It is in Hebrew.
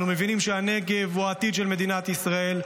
אנחנו מבינים שהנגב הוא העתיד של מדינת ישראל,